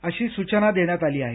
अशी सूचना देण्यात आली आहे